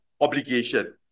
obligation